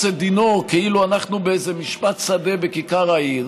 את דינו כאילו אנחנו באיזה משפט שדה בכיכר העיר,